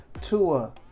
Tua